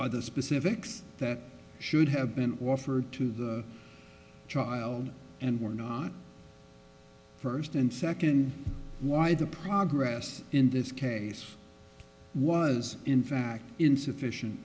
the specifics that should have been offered to the child and were not first and second why the progress in this case was in fact insufficient